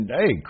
hey